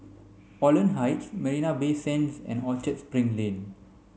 Holland Heights Marina Bay Sands and Orchard Spring Lane